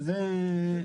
אין בעיה.